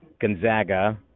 Gonzaga